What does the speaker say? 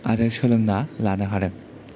आरो सोलोंना लानो हादों